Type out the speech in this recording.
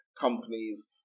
companies